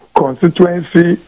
constituency